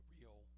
real